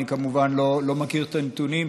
אני כמובן לא מכיר את הנתונים,